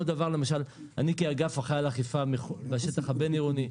למשל אני כאגף אחראי על אכיפה בשטח הבין עירוני,